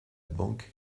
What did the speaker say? banque